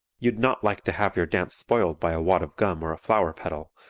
you'd not like to have your dance spoiled by a wad of gum or a flower petal,